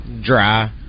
Dry